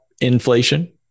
inflation